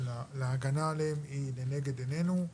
להגנה עליהם, היא לנגד עינינו.